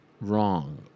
Wrong